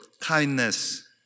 kindness